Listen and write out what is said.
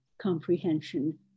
comprehension